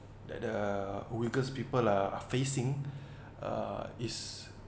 that the uighur people are facing uh is